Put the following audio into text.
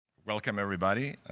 welcome, everybody.